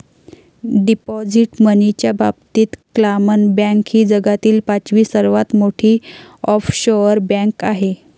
deposit मनीच्या बाबतीत क्लामन बँक ही जगातील पाचवी सर्वात मोठी ऑफशोअर बँक आहे